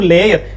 Layer